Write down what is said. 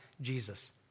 Jesus